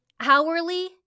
hourly